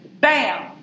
bam